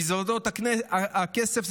מזוודות הכסף,